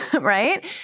right